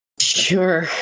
sure